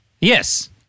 Yes